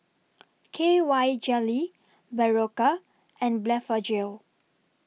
K Y Jelly Berocca and Blephagel